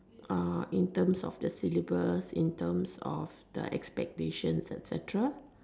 uh in terms of the syllabus in terms of the expectation etcetera